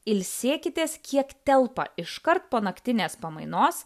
ilsėkitės kiek telpa iškart po naktinės pamainos